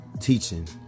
teaching